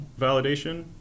validation